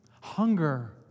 Hunger